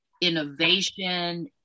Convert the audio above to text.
innovation